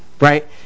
Right